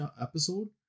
episode